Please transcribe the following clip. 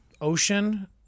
ocean